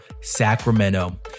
Sacramento